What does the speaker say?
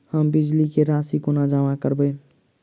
हम बिजली कऽ राशि कोना जमा करबै?